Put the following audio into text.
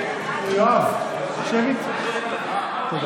מעמד האישה, פנים.